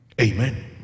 amen